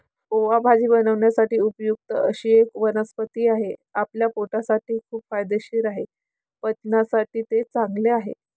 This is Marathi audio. ओवा भाजी बनवण्यासाठी उपयुक्त अशी एक वनस्पती आहे, आपल्या पोटासाठी खूप फायदेशीर आहे, पचनासाठी ते चांगले आहे